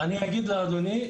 אני אגיד לאדוני.